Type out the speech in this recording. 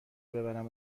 ببرم